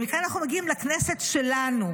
ומכאן אנחנו מגיעים לכנסת שלנו,